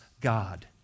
God